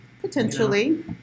Potentially